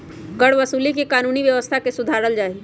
करवसूली से कानूनी व्यवस्था के सुधारल जाहई